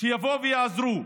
שיבואו ויעזרו.